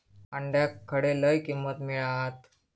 अंड्याक खडे लय किंमत मिळात?